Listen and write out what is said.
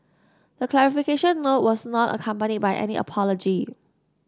the clarification note was not accompanied by any apology